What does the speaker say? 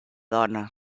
dona